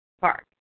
Park